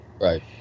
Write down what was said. Right